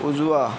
उजवा